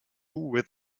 with